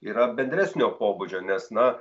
yra bendresnio pobūdžio nes na